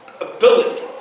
ability